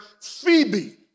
Phoebe